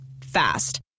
Fast